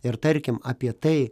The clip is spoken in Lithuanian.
ir tarkim apie tai